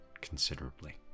considerably